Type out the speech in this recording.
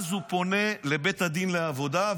אז הוא פונה לבית הדין לעבודה.